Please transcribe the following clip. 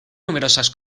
numerosas